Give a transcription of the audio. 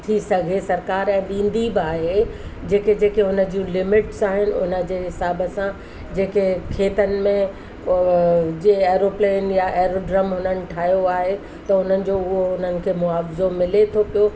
थी सघे सरकार ऐं ॾींदी बि आहे जेके जेके हुन जूं लिमिट्स आहिनि उनजे हिसाब सां जेके खेतनि में जीअं एरोप्लेन या एरोड्रम हुननि ठाहियो आहे त उन्हनि जो उहो उन्हनि खे मुआवज़ो मिले थो पियो ऐं